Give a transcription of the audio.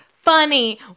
funny